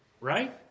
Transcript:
right